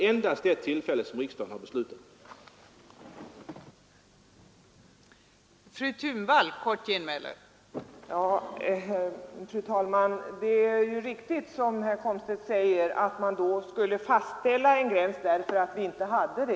Endast vid detta tillfälle har riksdagen fattat beslut i frågan.